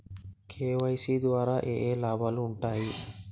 KYC ద్వారా ఏఏ లాభాలు ఉంటాయి?